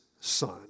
Son